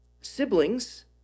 Siblings